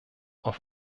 auf